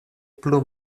plu